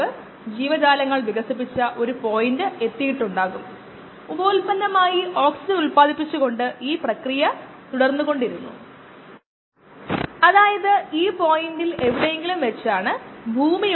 ജീവജാലങ്ങൾ എല്ലായ്പ്പോഴും നമുക്ക് ചുറ്റുമുള്ള വായുവിൽ ഉണ്ടെന്നും അന്തരീക്ഷത്തിലേക്ക് തുറന്നിരിക്കുന്ന ബയോ റിയാക്ടർ ചാറിൽ പ്രവേശിക്കുന്നതിൽ നിന്ന് അവയെ തടയുന്നില്ലെന്നും നമ്മൾ പറഞ്ഞു